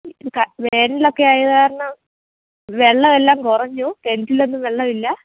വേനലൊക്കെ ആയതു കാരണം വെള്ളമെല്ലാം കുറഞ്ഞു കിണറ്റിൽ ഒന്നും വെള്ളമില്ല